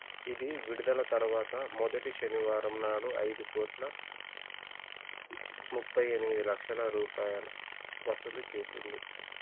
ఇది విడుదల తరువాత మొదటి శనివారం నాడు ఐదు కోట్ల ముప్పై ఎనిమిది లక్షల రూపాయలు వసూలు చేసింది